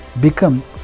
become